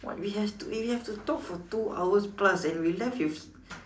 what we has to we have to talk for two hour plus and we left with